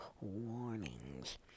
warnings